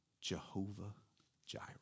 Jehovah-Jireh